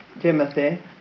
Timothy